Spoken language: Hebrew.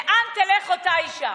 לאן תלך אותה אישה?